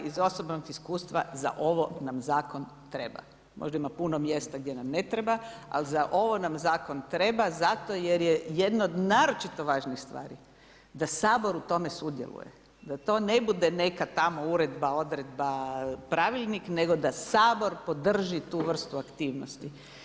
Iz osobnog iskustva za ovo nam Zakon treba, možda ima puno mjesta gdje nam ne treba, ali za ovo nam Zakon treba, zato jer je jedno od naročito važnih stvari, da Sabor u tome sudjeluje, da to ne bude neka tamo Uredba, Odredba, Pravilnik, nego da Sabor podrži tu vrstu aktivnosti.